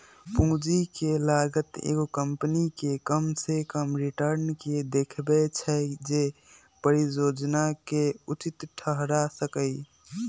पूंजी के लागत एगो कंपनी के कम से कम रिटर्न के देखबै छै जे परिजोजना के उचित ठहरा सकइ